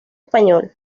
español